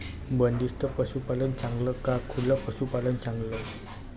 बंदिस्त पशूपालन चांगलं का खुलं पशूपालन चांगलं?